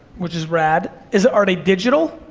which is rad, is it, are they digital?